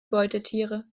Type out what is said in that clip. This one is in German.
beutetiere